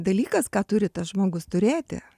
dalykas ką turi tas žmogus turėti